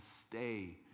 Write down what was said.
stay